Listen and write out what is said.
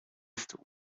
stół